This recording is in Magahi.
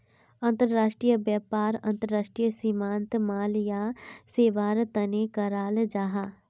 अंतर्राष्ट्रीय व्यापार अंतर्राष्ट्रीय सीमात माल या सेवार तने कराल जाहा